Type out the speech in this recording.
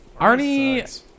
Arnie